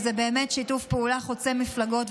וזה באמת שיתוף פעולה חוצה מפלגות,